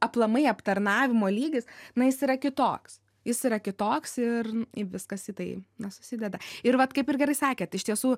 aplamai aptarnavimo lygis na jis yra kitoks jis yra kitoks ir viskas į tai na susideda ir vat kaip ir gerai sakėt iš tiesų